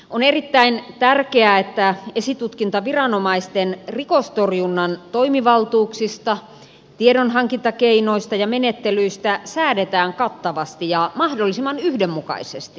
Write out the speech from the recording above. on erittäin tärkeää että esitutkintaviranomaisten rikostorjunnan toimivaltuuksista sekä tiedonhankintakeinoista ja menettelyistä säädetään kattavasti ja mahdollisimman yhdenmukaisesti